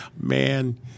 Man